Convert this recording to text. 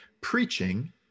preaching